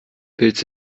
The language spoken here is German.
willst